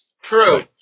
True